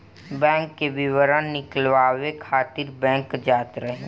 bank के विवरण निकालवावे खातिर बैंक जात रही